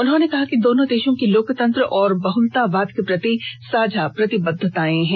उन्होंने कहा कि दोनों देशों की लोकतंत्र और बहलतावाद के प्रति साझा प्रतिबद्धताएं हैं